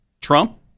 Trump